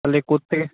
তাহলে কোত্থেকে